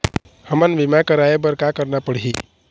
हमन बीमा कराये बर का करना पड़ही?